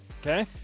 Okay